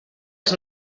als